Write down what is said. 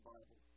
Bible